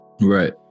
Right